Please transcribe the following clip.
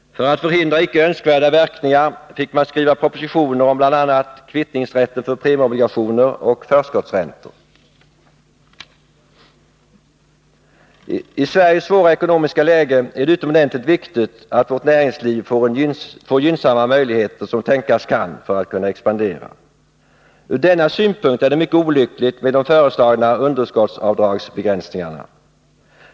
För att förhindra icke önskvärda verkningar fick man skriva propositioner om bl.a. kvittningsrätten för premieobligationer och om förskottsräntor. I Sveriges svåra ekonomiska läge är det utomordentligt viktigt att vårt näringsliv får så gynnsamma möjligheter som tänkas kan för att kunna expandera. Ur denna synpunkt är det mycket olyckligt med de föreslagna underskottsavdragsbegränsningarna.